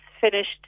finished